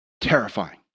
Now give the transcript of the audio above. Terrifying